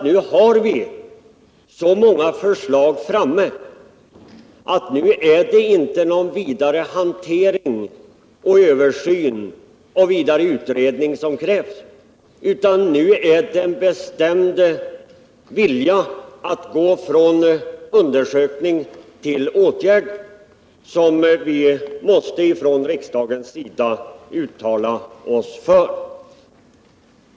Nu har vi många förslag framme, och nu är det inte någon fortsatt översyn och utredning som krävs, utan nu är det en bestämd vilja att gå från undersökning till åtgärder som vi från riksdagens sida måste uttala oss för.